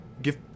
give